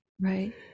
Right